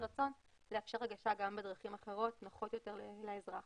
רצון לאפשר הגשה גם בדרכים אחרות נוחות יותר לאזרח.